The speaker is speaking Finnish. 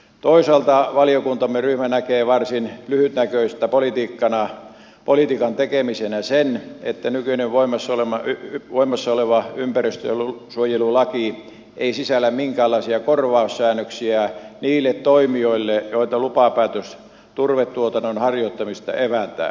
toisaalta valiokuntaryhmämme näkee varsin lyhytnäköisenä politiikan tekemisenä sen että nykyinen voimassa oleva ympäristönsuojelulaki ei sisällä minkäänlaisia korvaussäännöksiä niille toimijoille joilta lupapäätös turvetuotannon harjoittamiseen evätään